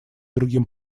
другим